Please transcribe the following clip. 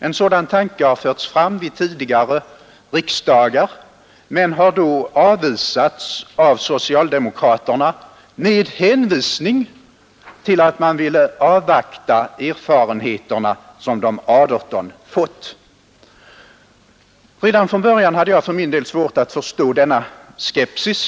En sådan tanke har förts fram vid tidigare riksdagar men har då avvisats av socialdemokraterna med hänvisning till att man ville avvakta de erfarenheter som de 18 skulle göra. Redan från början hade jag svårt att förstå denna skepsis.